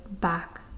back